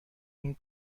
این